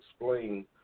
explain